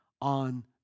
on